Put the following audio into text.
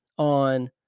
on